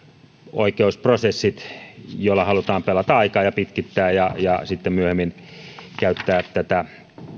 oikeusprosessit joilla halutaan pelata aikaa ja pitkittää ja ja sitten myöhemmin käyttää tätä